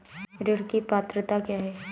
ऋण की पात्रता क्या है?